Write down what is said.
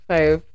Five